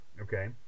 okay